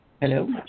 Hello